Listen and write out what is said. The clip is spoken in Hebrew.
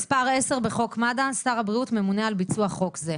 מס' 10 בחוק מד"א "שר הבריאות ממונה על ביצוע חוק זה".